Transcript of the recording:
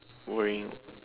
worrying